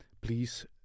please